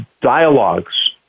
dialogues